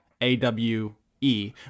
A-W-E